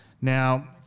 Now